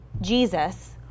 Jesus